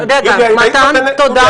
--- תודה, תודה.